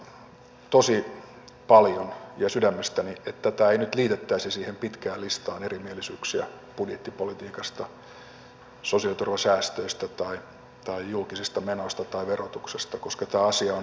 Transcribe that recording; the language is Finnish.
toivoisin tosi paljon ja sydämestäni että tätä ei nyt liitettäisi siihen pitkään listaan erimielisyyksiä budjettipolitiikasta sosiaaliturvan säästöistä tai julkisista menoista tai verotuksesta koska tämä asia on eri kategoriassa